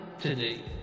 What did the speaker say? today